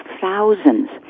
thousands